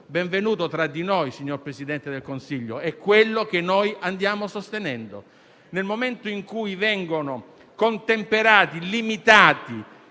Benvenuto tra di noi, signor Presidente del Consiglio: è quello che noi sosteniamo. Nel momento in cui vengono contemperati illimitati